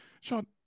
Sean